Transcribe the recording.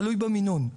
תלוי במינון.